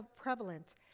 prevalent